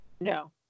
No